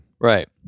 Right